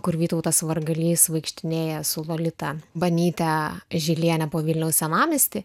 kur vytautas vargalys vaikštinėja su lolita banyte žiliene po vilniaus senamiestį